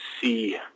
see